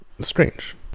Strange